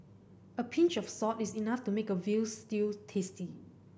a pinch of salt is enough to make a veal stew tasty